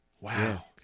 Wow